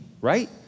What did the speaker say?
right